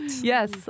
Yes